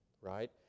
right